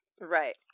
Right